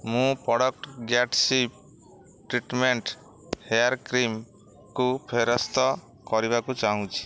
ମୁଁ product Gatsby treatment hair କ୍ରିମ୍କୁ ଫେରସ୍ତ କରିବାକୁ ଚାହୁଁଛି